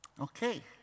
Okay